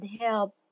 help